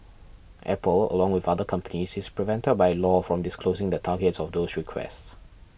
Apple along with other companies is prevented by law from disclosing the targets of those requests